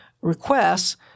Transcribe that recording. requests